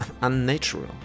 unnatural